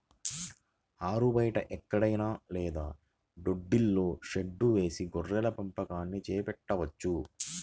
ఆరుబయట ఎక్కడైనా లేదా దొడ్డిలో షెడ్డు వేసి గొర్రెల పెంపకాన్ని చేపట్టవచ్చు